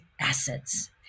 assets